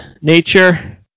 nature